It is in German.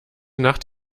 nacht